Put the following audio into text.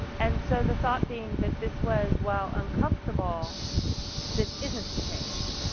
and so the thought being that this was, while uncomfortable this isn't a change.